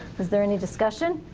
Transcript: is there any discussion?